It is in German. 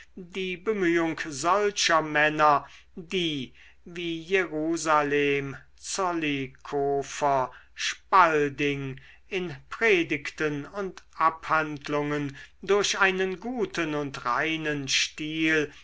die bemühung solcher männer die wie jerusalem zollikofer spalding in predigten und abhandlungen durch einen guten und reinen stil